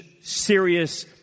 serious